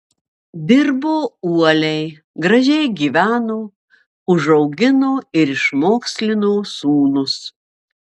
dirbo uoliai gražiai gyveno užaugino ir išmokslino sūnus